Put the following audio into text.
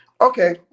okay